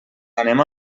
anem